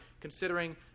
considering